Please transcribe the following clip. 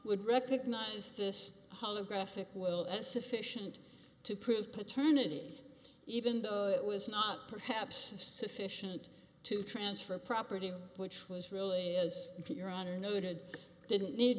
would recognize this holographic well as sufficient to prove paternity even though it was not perhaps a sufficient to transfer property which was really as your honor noted didn't need